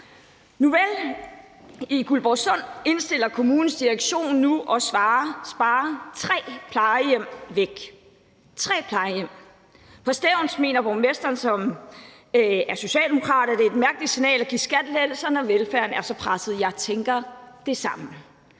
Nuvel, i Guldborgsund indstiller kommunens direktion nu til at spare tre plejehjem væk – tre plejehjem! På Stevns mener borgmesteren, som er socialdemokrat, at det er et mærkeligt signal at give skattelettelser, når velfærden er så presset. Jeg tænker det samme.